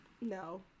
No